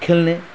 खेल्ने